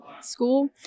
school